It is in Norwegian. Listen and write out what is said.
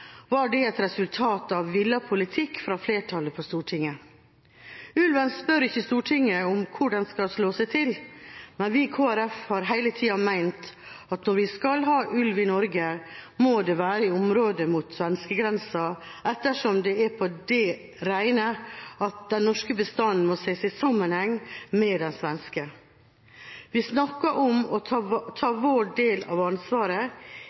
var det et resultat av villet politikk fra flertallet på Stortinget. Ulven spør ikke Stortinget om hvor den skal slå seg til. Men vi i Kristelig Folkeparti har hele tida ment at når vi skal ha ulv i Norge, må det være i området mot svenskegrensen ettersom det er på det rene at den norske bestanden må ses i sammenheng med den svenske. Vi snakker om å ta vår del av ansvaret